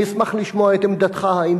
אני אשמח לשמוע את עמדתך.